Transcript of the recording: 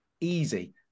easy